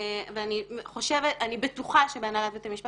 ואני בטוחה שבהנהלת בתי המשפט